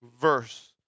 verse